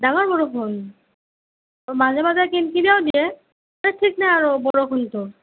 ডাঙৰ বৰষুণ মাজে মাজে কিনকিনীয়াও দিয়ে ঠিক নাই আৰু বৰষুণটোৰ